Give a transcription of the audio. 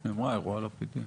היא אמרה, אירוע הלפידים.